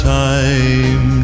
time